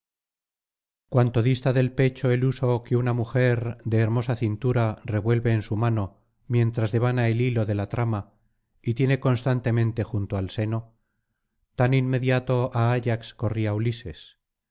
cuanto dista del pecho el huso que una mujer de hermosa cintura revuelve en su mano mientras devana el hilo de la trama y tiene constantemente junto al seno tan inmediato á ayax corría ulises